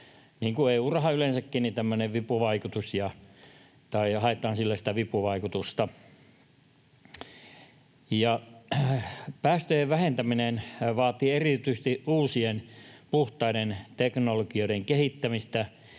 niin kuin EU-raha yleensäkin, tämmöinen vipuvaikutus, eli haetaan sillä sitä vipuvaikutusta. Päästöjen vähentäminen vaatii erityisesti uusien, puhtaiden teknologioiden kehittämistä